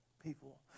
people